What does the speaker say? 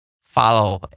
follow